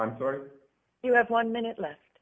i'm sorry you have one minute left